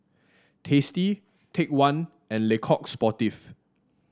Tasty Take One and Le Coq Sportif